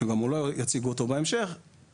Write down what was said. שגם אותו יציגו בהמשך,